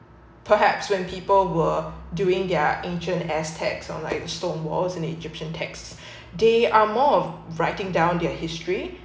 perhaps when people were doing their ancient aztecs on like stone walls in egyptian text they are more of writing down their history